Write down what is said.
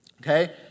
Okay